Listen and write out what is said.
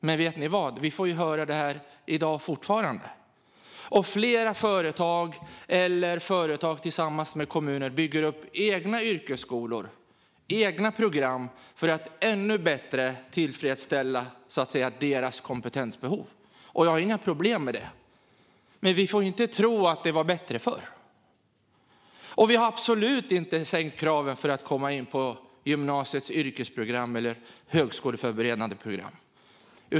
Vet ni vad? Vi hör detta fortfarande. Vi ser hur företag eller företag tillsammans med kommuner bygger upp egna yrkesskolor och egna program för att ännu bättre tillfredsställa sitt kompetensbehov. Jag har inga problem med det. Vi får dock inte tro att det var bättre förr, och vi har absolut inte sänkt kraven för att komma in på gymnasiets yrkesprogram eller högskoleförberedande program.